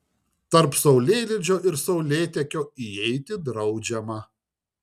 tarp saulėlydžio ir saulėtekio įeiti draudžiama